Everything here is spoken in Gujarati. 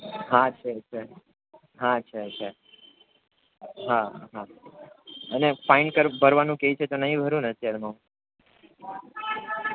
હા છે છે હા છે છે હા હા અને ફાઈન કર ભરવાનું કે છે તો નહીં ભરું ને અત્યારમાં હું